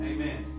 Amen